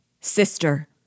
Sister